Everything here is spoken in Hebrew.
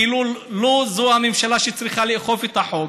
כאילו לא זאת הממשלה שצריכה לאכוף את החוק.